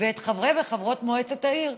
ואת חברי וחברות מועצת העיר.